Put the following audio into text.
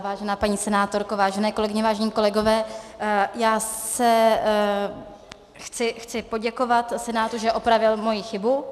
Vážená paní senátorko, vážené kolegyně, vážení kolegové, chci poděkovat Senátu, že opravil moji chybu.